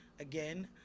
again